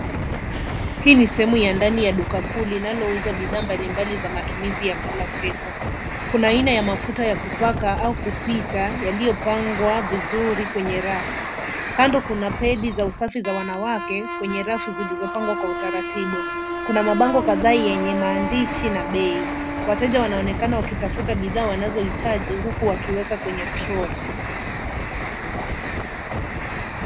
Hii ni sehemu ya ndani ya duka kuu linalouza bidhaa mbali mbali za matumizi ya kila siku. Kuna aina ya mafuta ya kupaka au kupika yaliyopangwa vizuri kwenye rafu. Kando kuna pedi za usafi za wanawake kwenye rafu zilizopangwa kwa utaratibu. Kuna mabango kadhaa yenye maandishi na bei. Wateja wanaonekana wakitafuta bidhaa wanazohitaji huku wakiweka wenye troli.